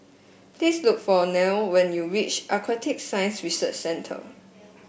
please look for Neil when you reach Aquatic Science Research Centre